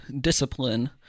discipline